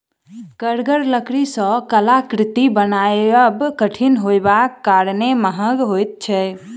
कड़गर लकड़ी सॅ कलाकृति बनायब कठिन होयबाक कारणेँ महग होइत छै